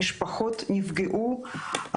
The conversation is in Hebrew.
המשפחות נפגעו,